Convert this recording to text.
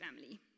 family